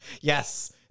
yes